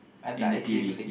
at the I_C_A building